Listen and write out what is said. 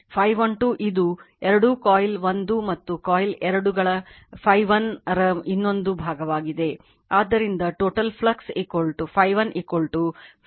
Φ12 ಇದು ಎರಡೂ ಕಾಯಿಲ್ 1 ಮತ್ತು ಕಾಯಿಲ್ 2 ಗಳ Φ1 ರ ಇನ್ನೊಂದು ಭಾಗವಾಗಿದೆ ಆದ್ದರಿಂದ total flux Φ1 Φ11 Φ12